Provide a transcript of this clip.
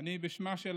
אני בשמה של